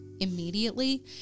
immediately